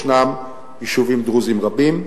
ישנם יישובים דרוזיים רבים: